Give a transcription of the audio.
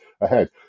ahead